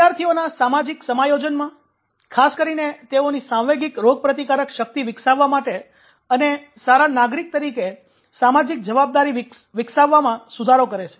તેઓ વિદ્યાર્થીઓના સામાજિક સમાયોજનમાં ખાસ કરીને તેઓની સાંવેગિક રોગપ્રતિકારક શક્તિ વિકસાવવા માટે અને સારા નાગરિકો તરીકે સામાજિક જવાબદારી વિકસાવવામાં સુધારો કરે છે